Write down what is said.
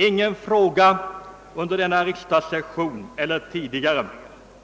Ingen fråga under denna eller tidigare riksdagssessioner